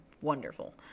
wonderful